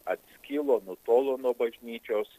atskilo nutolo nuo bažnyčios